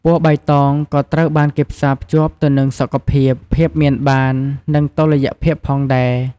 ពណ៌បៃតងក៏ត្រូវបានគេផ្សារភ្ជាប់ទៅនឹងសុខភាព ភាពមានបាន និងតុល្យភាពផងដែរ។